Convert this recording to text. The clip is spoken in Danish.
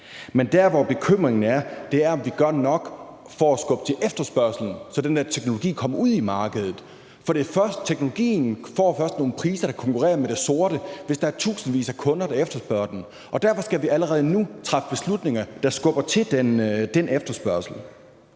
Men det, som er bekymringen, er, om vi gør nok for at skubbe til efterspørgslen, så den der teknologi kommer ud i markedet. For teknologien får først nogle priser, der kan konkurrere med det sorte, hvis der er tusindvis af kunder, der efterspørger den. Derfor skal vi allerede nu træffe beslutninger, der skubber til den efterspørgsel.